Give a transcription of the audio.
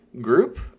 Group